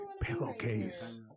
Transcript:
pillowcase